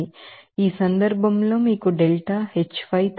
కాబట్టి ఈ సందర్భంలో మీకు Δ H5 తెలుసు